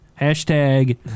Hashtag